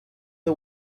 the